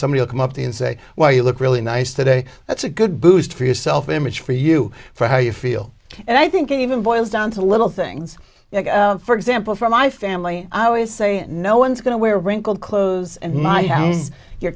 somebody to come up to and say well you look really nice today that's a good boost for your self image for you for how you feel and i think even boils down to little things for example for my family i always say no one's going to wear wrinkled clothes and my hou